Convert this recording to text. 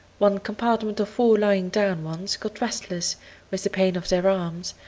one compartment of four lying-down ones got restless with the pain of their arms,